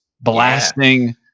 blasting